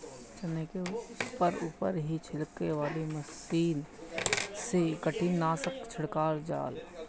चना के ऊपर ऊपर ही छिड़के वाला मशीन से कीटनाशक छिड़कल जाला